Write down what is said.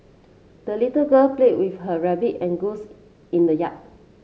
the little girl played with her rabbit and goose in the yard